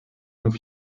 nos